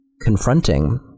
confronting